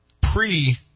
pre